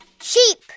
Sheep